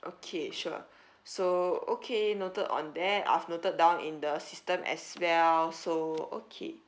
okay sure so okay noted on that I've noted down in the system as well so okay